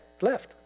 left